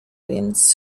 więc